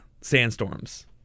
sandstorms